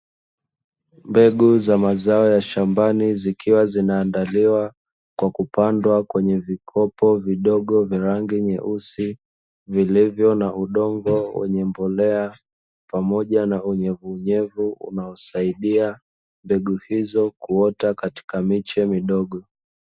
Mbegu za mazao ya shambani zikiwa zinaandaliwa kwa kupandwa kwenye vikopo vidogo vya rangi nyeusi, vilivyo na udongo wenye mbolea pamoja na unyenyevu unaosaidia mbegu hizo kuota katika miche midogo.